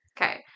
okay